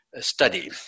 Study